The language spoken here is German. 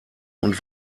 und